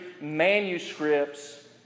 manuscripts